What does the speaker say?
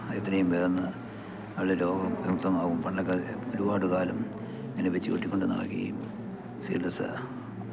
എത്രയും വേഗമെന്ന് വളരെ രോഗ വിമുക്തമാകും പണ്ടൊക്കെ ഒരുപാട് കാലം ഇങ്ങനെ വച്ചു കെട്ടികൊണ്ട് നടക്കുകയും സീരിയസ്